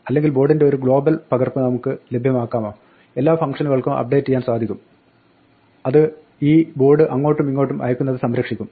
അല്ലെങ്കിൽ ബോർഡിന്റെ ഒരു ഗ്ലോബൽ പകർപ്പ് നമുക്ക് ലഭ്യമാക്കാമോ എല്ലാ ഫംഗ്ഷനുകൾക്കും അപ്ഡേറ്റ് ചെയ്യാൻ കഴിയും അത് ഈ ബോർഡ് അങ്ങോട്ടും ഇങ്ങോട്ടും അയക്കുന്നത് സംരക്ഷിക്കും